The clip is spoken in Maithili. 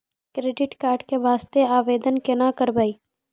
क्रेडिट कार्ड के वास्ते आवेदन केना करबै?